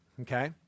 okay